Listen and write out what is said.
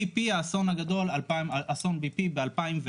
אסון BP ב-201